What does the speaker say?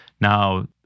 Now